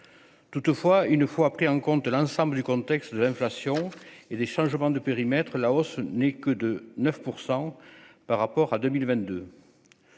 toutefois, une fois pris en compte l'ensemble du contexte de l'inflation et des changements de périmètre, la hausse n'est que de 9 % par rapport à 2022